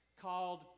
called